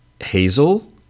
Hazel